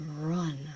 run